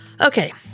Okay